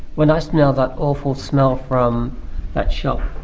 when i smell that awful smell from that shop,